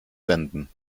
senden